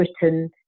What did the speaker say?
Britain